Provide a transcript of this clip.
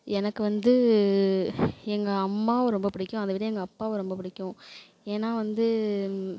எனக்கு வந்து எங்கள் அம்மாவை ரொம்ப பிடிக்கும் அதைவிட எங்கள் அப்பாவை ரொம்ப பிடிக்கும் ஏன்னா வந்து